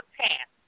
task